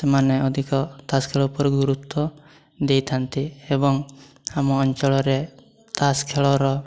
ସେମାନେ ଅଧିକ ତାସ୍ ଖେଳ ଉପରେ ଗୁରୁତ୍ୱ ଦେଇଥାନ୍ତି ଏବଂ ଆମ ଅଞ୍ଚଳରେ ତାସ୍ ଖେଳର